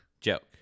Joke